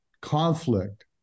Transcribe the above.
conflict